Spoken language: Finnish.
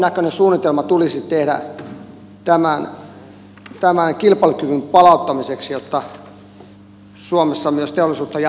jonkinnäköinen suunnitelma tulisi tehdä tämän kilpailukyvyn palauttamiseksi jotta suomessa myös teollisuutta ja